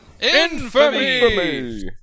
Infamy